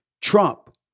Trump